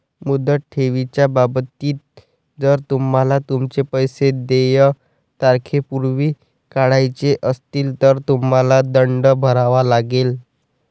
मुदत ठेवीच्या बाबतीत, जर तुम्हाला तुमचे पैसे देय तारखेपूर्वी काढायचे असतील, तर तुम्हाला दंड भरावा लागेल